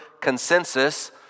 consensus